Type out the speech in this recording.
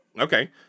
Okay